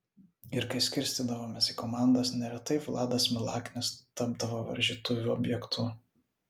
ir kai skirstydavomės į komandas neretai vladas milaknis tapdavo varžytuvių objektu